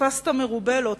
תפסת מרובה, לא תפסת.